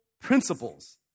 principles